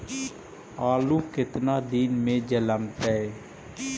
आलू केतना दिन में जलमतइ?